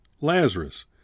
Lazarus